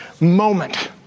moment